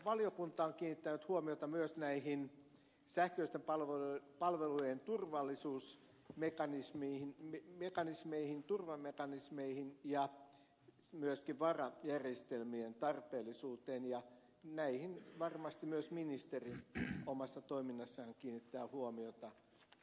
valiokunta on kiinnittänyt huomiota myös sähköisten palvelujen turvamekanismeihin ja myöskin varajärjestelmien tarpeellisuuteen ja näihin varmasti myös ministeri omassa toiminnassaan kiinnittää huomiota